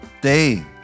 day